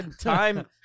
time